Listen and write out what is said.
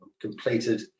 completed